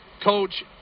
Coach